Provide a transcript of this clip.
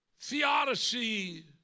Theodicy